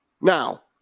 Now